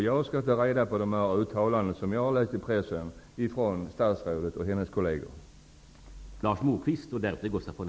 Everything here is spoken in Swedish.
Jag skall ta reda på mera om de uttalanden av statsrådet och hennes kolleger som jag har läst om i pressen.